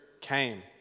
came